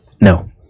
No